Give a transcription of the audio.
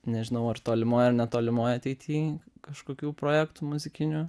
nežinau ar tolimoj ar netolimoj ateity kažkokių projektų muzikinių